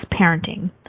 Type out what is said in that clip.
Parenting